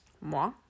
moi